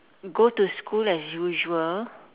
go to school as usual